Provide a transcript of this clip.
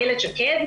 איילת שקד,